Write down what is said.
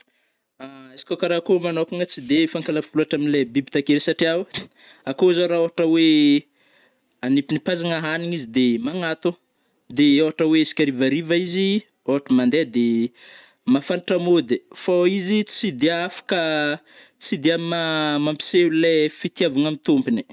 Izy kô kara akôho manokagna tsy de fankalavitry loatra amile biby takeo satria akôho zao ra ôhatra oe agnipignipiazagna hanina izy de magnantogno, de ôhatra oe isakarivariva izy ôhatra mandeh de mahantatra môdy, fô izy tsy de afaka tsy de ma-mampiseo- lai fitiavagna ami tômpony.